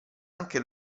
anche